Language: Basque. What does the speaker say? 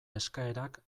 eskaerak